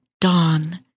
dawn